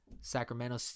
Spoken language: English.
Sacramento